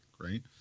Right